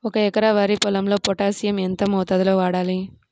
ఒక ఎకరా వరి పొలంలో పోటాషియం ఎంత మోతాదులో వాడాలి?